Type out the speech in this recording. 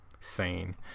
sane